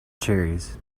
cherries